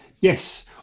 Yes